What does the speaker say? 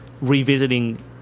revisiting